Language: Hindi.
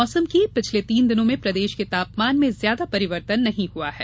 मौसम पिछले तीन दिनों में प्रदेश के तापमान में ज्यादा परिर्वतन नहीं हुआ है